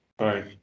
Right